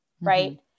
Right